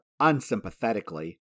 unsympathetically